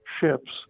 ships